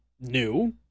new